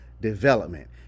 development